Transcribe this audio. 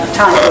time